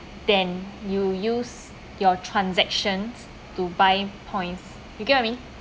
than you use your transactions to buy points you get what I mean